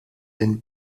den